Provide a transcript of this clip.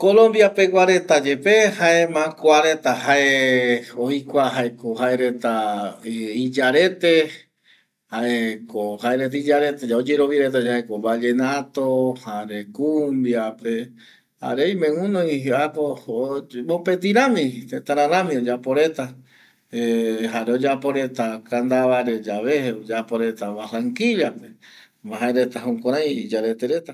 Colombia pegua reta yepe jaema kuareta jae oikua jaeko jaereta iyarete jaeko jaereta iyareteyae oyerovia reta yae jaeko vallenato jare kumbiape jare oime guɨnoi äpo mopeti rami tëtara rami oyapo reta jare oyapo reta kandavare yave oyapo reta barrankillape jaema jareta jukurai iya rete reta